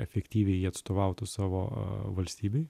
efektyviai jie atstovautų savo valstybei